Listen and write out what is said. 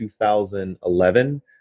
2011